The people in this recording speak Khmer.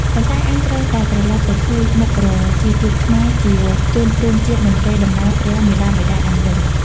ប៉ុន្តែអញត្រូវតែត្រឡប់ទៅឃើញមុខប្រជាជាតិខ្មែរ ជាជនរួមជាតិ និងកេរ្តិ៍ដំណែលព្រះមាតាបិតាអញវិញ ។